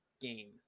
game